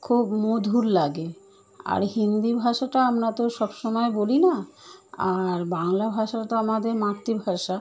খুব মধুর লাগে আর হিন্দি ভাষাটা আমরা তো সব সময় বলি না আর বাংলা ভাষা তো আমাদের মাতৃভাষা